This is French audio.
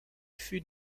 fut